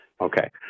okay